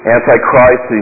Antichrist